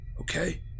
okay